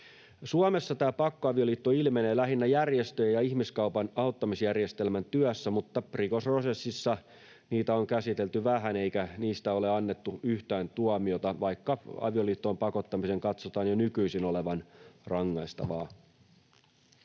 Suomessa tämä pakkoavioliitto ilmenee lähinnä järjestöjen ja ihmiskaupan auttamisjärjestelmän työssä, mutta rikosprosessissa niitä on käsitelty vähän eikä niistä ole annettu yhtään tuomiota, vaikka avioliittoon pakottamisen katsotaan jo nykyisin olevan rangaistavaa.